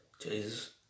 Jesus